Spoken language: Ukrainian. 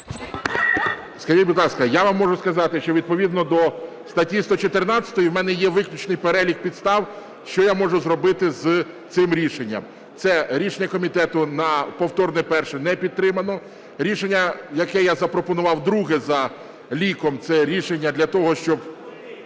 Скажіть, будь ласка, я вам можу сказати, що відповідно до статті 114 у мене є виключний перелік підстав, що я можу зробити з цим рішенням. Це рішення комітету "на повторне перше" не підтримано, рішення, яке я запропонував, друге за ліком – це рішення для того, щоб...